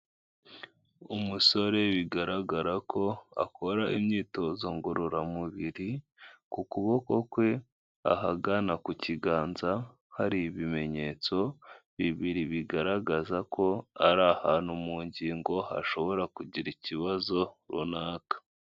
Umusore bigaragara ko akora imyitozo ngororamubiri, ku kuboko kwe ahagana ku kiganza, hari ibimenyetso bibiri bigaragaza ko ari ahantu mu ngingo, hashobora kugira ikibazo runaka.